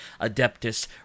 Adeptus